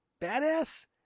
Badass